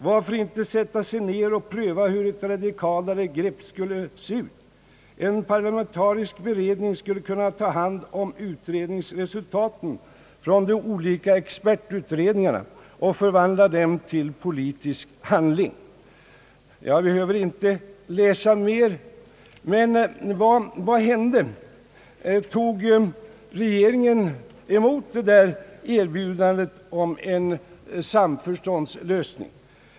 Varför inte sätta sig ner och pröva hur ett radikalare grepp skulle se ut? En parlamentarisk beredning skulle kunna ta hand om utredningsresultaten från de olika expertutredningarna och = förvandla dem till politisk handling.» Jag behöver inte läsa mer. Men vad hände? Tog regeringen emot detta erbjudande om en samförståndslösning?